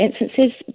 instances